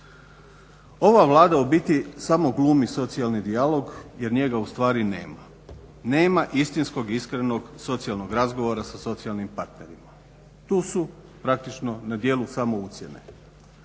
Ova Vlada u biti samo glumi socijalni dijalog jer njega ustvari nema. Nema istinskom, iskrenog socijalnog razgovora sa socijalnim partnerima. Tu su praktično na djelu samo ucjene.